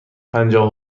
پنجاه